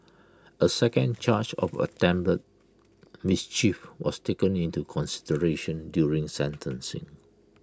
A second charge of attempted mischief was taken into consideration during sentencing